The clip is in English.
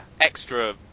extra